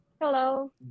Hello